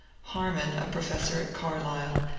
harman a professor at carlisle,